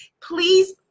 Please